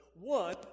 One